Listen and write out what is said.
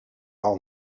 all